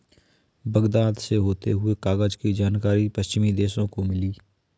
Baghdad से होते हुए कागज की जानकारी पश्चिमी देशों को मिली